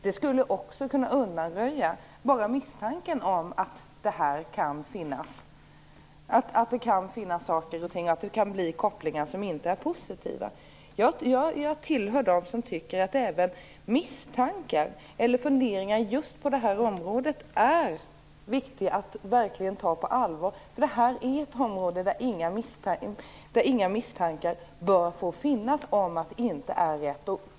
Det skulle också undanröja misstankar och kopplingar som inte är positiva. Jag tillhör dem som tycker att det är viktigt att även ta misstankar eller funderingar på det här området på allvar. Detta är ju ett område där inga misstankar bör få finnas om att det inte går rätt till.